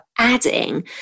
Adding